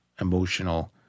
emotional